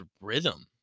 rhythm